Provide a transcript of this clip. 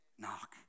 knock